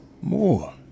More